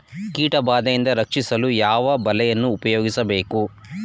ಕೀಟಬಾದೆಯಿಂದ ರಕ್ಷಿಸಲು ಯಾವ ಬಲೆಯನ್ನು ಉಪಯೋಗಿಸಬೇಕು?